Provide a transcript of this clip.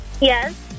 Yes